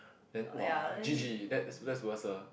then !wah! G_G that's that's worse ah